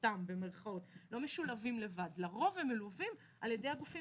סתם אלא לרוב הם מלווים על-ידי הגופים